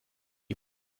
die